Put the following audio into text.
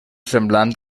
semblant